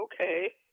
okay